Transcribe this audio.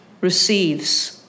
receives